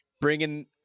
bringing